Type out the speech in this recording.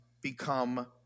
become